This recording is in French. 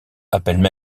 appellent